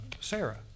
Sarah